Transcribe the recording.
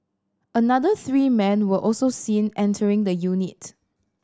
another three men were also seen entering the unit